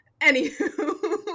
Anywho